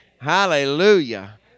hallelujah